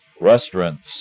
Restaurants